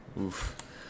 Oof